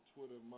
Twitter